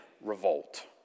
Revolt